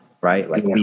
Right